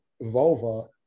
vulva